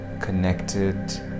connected